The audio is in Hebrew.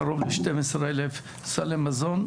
קרוב ל-12 אלף סלי מזון,